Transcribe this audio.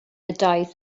ydoedd